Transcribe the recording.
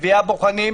מביאה בוחנים,